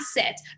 asset